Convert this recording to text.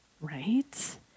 Right